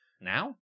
Now